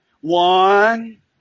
One